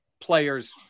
players